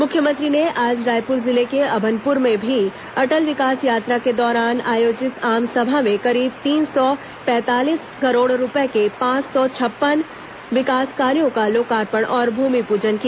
मुख्यमंत्री ने आज रायपुर जिले के अभनपुर में भी अटल विकास यात्रा के दौरान आयोजित आमसभा में करीब तीन सौ पैंतालीस करोड़ रूपये के पांच सौ छप्पन विकास कार्यों का लोकार्पण और भूमिपूजन किया